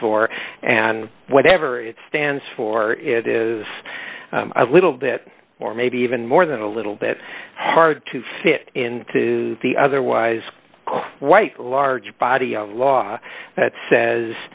for and whatever it stands for it is a little bit or maybe even more than a little bit hard to fit into the otherwise quite large body of law that says